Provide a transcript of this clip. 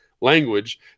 language